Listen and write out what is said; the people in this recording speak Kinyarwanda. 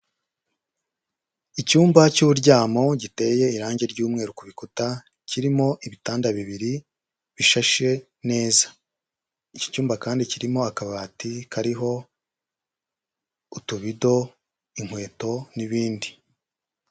Icyumba cy'uburyamo giteye irangi ry'umweru ku bikuta, kirimo ibitanda bibiri bishashe neza, iki cyumba kandi kirimo akabati kariho utubido, inkweto n'ibindi.